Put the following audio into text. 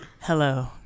Hello